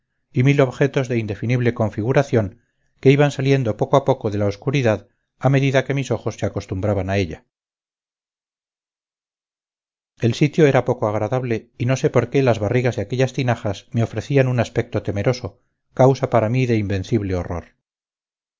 y mil objetos de indefinible configuración que iban saliendo poco a poco de la oscuridad a medida que mis ojos se acostumbraban a ella el sitio era poco agradable y no sé por qué las barrigas de aquellas tinajas me ofrecían un aspecto temeroso causa para mí de invencible horror